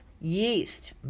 yeast